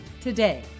today